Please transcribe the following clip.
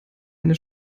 eine